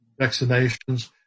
vaccinations